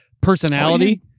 personality